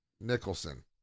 Nicholson